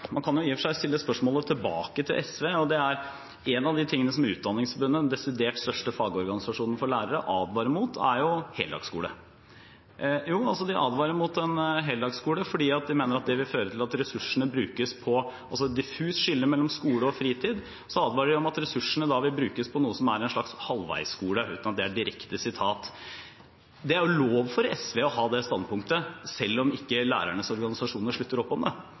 seg stille spørsmålet tilbake til SV. En av de tingene som Utdanningsforbundet, den desidert største fagorganisasjonen for lærere, advarer mot, er heldagsskole. De advarer mot en heldagsskole fordi de mener at det vil føre til at det er diffust skille mellom skole og fritid, at ressursene vil brukes på noe som er en slags halvveisskole, uten at det er direkte sitat. Det er lov for SV å ha det standpunktet, selv om ikke lærernes organisasjoner slutter opp om det.